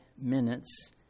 minutes